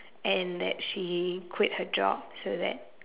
and that she quit her job so that